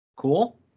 cool